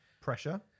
Pressure